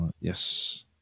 yes